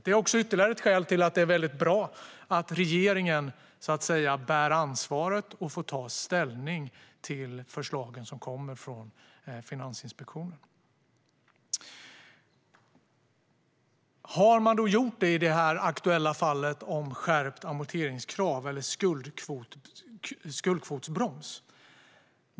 Det är ytterligare ett skäl till att det är bra att regeringen bär ansvaret och får ta ställning till de förslag som kommer från Finansinspektionen. Har man då gjort detta i det aktuella fallet med skärpt amorteringskrav, eller skuldkvotsbroms?